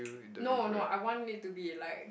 no no I want it to be like